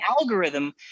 algorithm